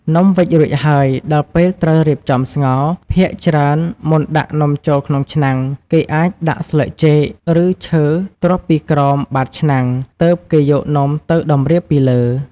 នំវេចរួចហើយ ដល់ពេលត្រូវរៀបចំស្ងោរ។ ភាគច្រើនមុនដាក់នំចូលក្នុងឆ្នាំង គេអាចដាក់ស្លឹកចេក ឬឈើទ្រាប់ពីក្រោមបាតឆ្នាំង ទើបគេយកនំទៅតម្រៀបពីលើ។